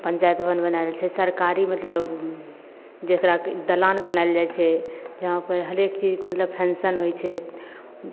पंचायत भवन बनायल छै सरकारी मतलब जकरा दलान बनायल जाइ छै यहाँपर हरेक चीजके मतलब फैशन होइ छै हूँ